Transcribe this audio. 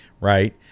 Right